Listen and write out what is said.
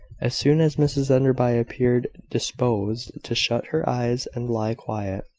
as soon as mrs enderby appeared disposed to shut her eyes and lie quiet,